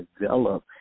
develop